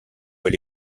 elle